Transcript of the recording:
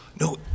No